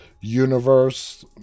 Universe